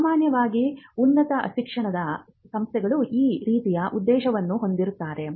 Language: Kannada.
ಸಾಮಾನ್ಯವಾಗಿ ಉನ್ನತ ಶಿಕ್ಷಣದ ಸಂಸ್ಥೆಗಳು ಈ ರೀತಿಯ ಉದ್ದೇಶವನ್ನು ಹೊಂದಿರುತ್ತವೆ